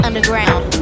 Underground